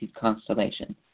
constellation